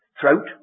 Throat